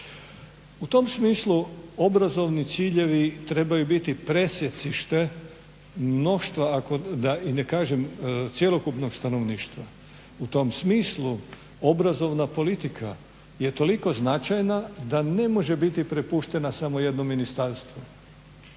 U tom smislu obrazovni ciljevi trebaju biti presjecište mnoštva da i ne kažem cjelokupnog stanovništva. U tom smislu obrazovana politika je toliko značajna da ne može biti prepuštena samo jednom ministarstvu,